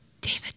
David